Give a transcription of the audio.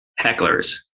hecklers